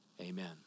Amen